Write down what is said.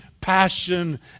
passion